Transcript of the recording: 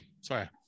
Sorry